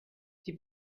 die